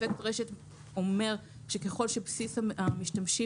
אפקט רשת אומר שככול שבסיס המשתמשים